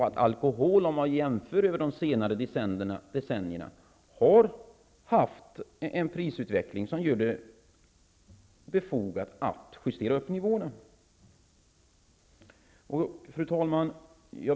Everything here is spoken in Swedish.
Alkoholen har också under de senare decennierna haft en prisutveckling som gör det befogat att nu justera upp nivåerna. Fru talman!